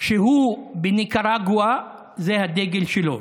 כשהוא בניקרגואה זה הדגל שלו,